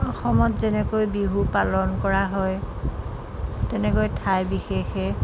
অসমত যেনেকৈ বিহু পালন কৰা হয় তেনেকৈ ঠাই বিশেষে